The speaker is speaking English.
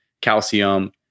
calcium